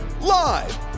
Live